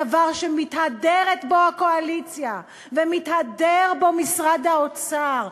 הדבר שמתהדרת בו הקואליציה ומתהדר בו משרד האוצר,